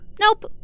Nope